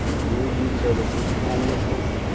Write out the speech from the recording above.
community youth services, homelessness.